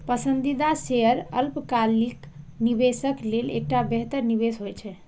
पसंदीदा शेयर अल्पकालिक निवेशक लेल एकटा बेहतर निवेश होइ छै